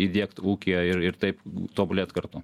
įdiegt ūkyje ir ir taip tobulėt kartu